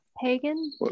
Pagan